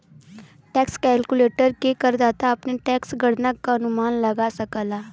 tax calculator में करदाता अपने टैक्स गणना क अनुमान लगा सकला